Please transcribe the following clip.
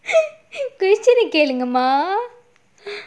question கேளுங்கமா:kelungamaa